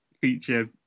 feature